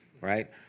right